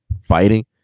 fighting